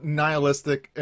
nihilistic